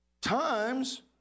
Times